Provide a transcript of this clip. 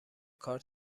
کار